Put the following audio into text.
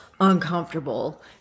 uncomfortable